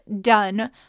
done